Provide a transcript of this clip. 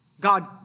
God